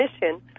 mission